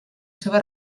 seva